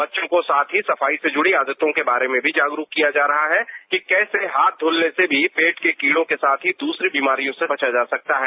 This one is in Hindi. बच्चों को साथ ही सफाई से जुड़ी आदतों के बारे में भी जागरुक किया जा रहा है कि कैसे हाथ धुलने से भी पेट के कीड़ों के साथ ही दूसरी बीमारियों से बचा जा सकता है